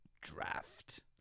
draft